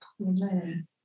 Amen